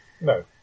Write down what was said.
No